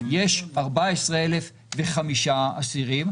יש 14,005 אסירים?